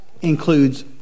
Includes